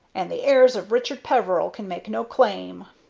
and the heirs of richard peveril can make no claim.